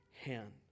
hand